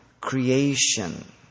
creation